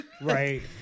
Right